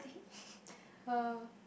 uh